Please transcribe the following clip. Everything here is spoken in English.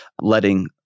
letting